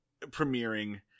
premiering